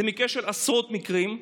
זה עשרות מקרים.